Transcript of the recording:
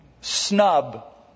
snub